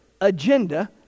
agenda